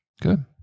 Good